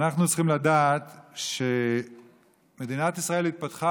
אנחנו צריכים לדעת שמדינת ישראל התפתחה